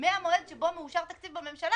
ומהמועד שבו מאושר תקציב בממשלה,